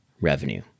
revenue